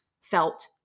felt